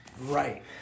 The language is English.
right